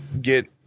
get